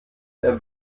der